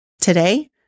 Today